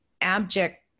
abject